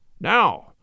Now